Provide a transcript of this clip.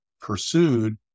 pursued